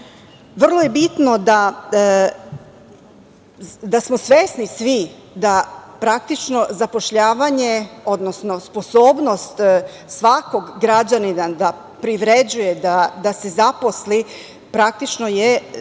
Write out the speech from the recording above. Vrlo je bitno da smo svesni svi, da praktično zapošljavanje, odnosno sposobnost svakog građanina da privređuje da zaposli, praktično je